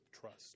trust